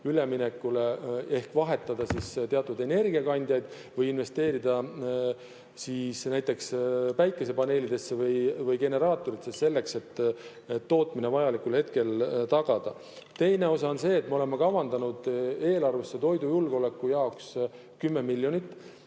üleminekule ehk vahetada teatud energiakandjaid või investeerida näiteks päikesepaneelidesse või generaatoritesse, et tootmine vajalikul hetkel tagada. Teine osa on see, et me oleme kavandanud eelarvesse toidujulgeoleku jaoks 10 miljonit.